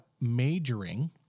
majoring